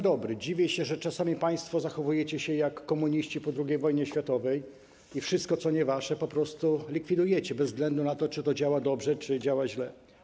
Dziwię się, że czasami państwo zachowujecie się jak komuniści po II wojnie światowej i wszystko, co nie wasze, po prostu likwidujecie bez względu na to, czy to działa dobrze, czy działa źle.